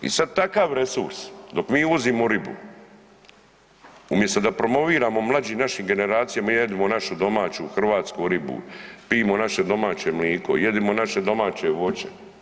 I sad takav resurs dok mi uvozimo ribu umjesto da promoviramo mlađim našim generacijama mi jedimo našu domaću hrvatsku ribu, pijmo naše domaće mliko, jedimo naše domaće voće.